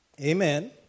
Amen